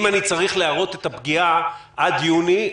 אם אני צריך להראות את הפגיעה עד יוני,